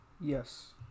Yes